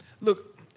Look